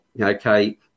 okay